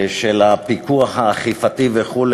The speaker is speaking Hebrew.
של הפיקוח האכיפתי וכו',